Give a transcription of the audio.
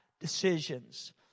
decisions